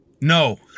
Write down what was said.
No